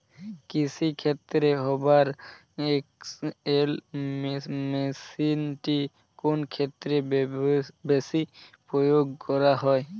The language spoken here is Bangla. কৃষিক্ষেত্রে হুভার এক্স.এল মেশিনটি কোন ক্ষেত্রে বেশি প্রয়োগ করা হয়?